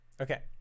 okay